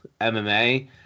MMA